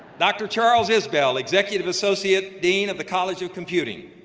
dr. charles isbell, executive associate dean of the college of computing.